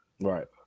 Right